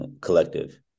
collective